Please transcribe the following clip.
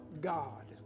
God